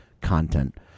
Content